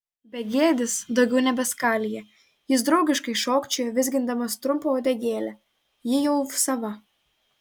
begėdis daugiau nebeskalija jis draugiškai šokčioja vizgindamas trumpą uodegėlę ji jau sava